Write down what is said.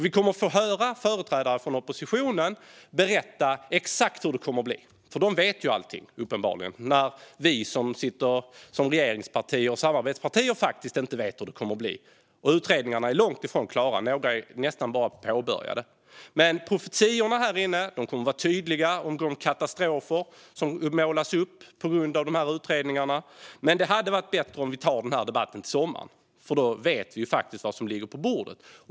Vi kommer att få höra företrädare för oppositionen berätta exakt hur det kommer att bli - de vet ju uppenbarligen allting, medan regeringspartierna och samarbetspartierna faktiskt inte vet hur det kommer att bli. Utredningarna är långt ifrån klara; några är nästan bara påbörjade. Profetiorna här inne kommer att vara tydliga, och katastrofer kommer att målas upp på grund av dessa utredningar. Men det hade varit bättre om vi hade tagit denna debatt till sommaren, för då vet vi faktiskt vad som ligger på bordet.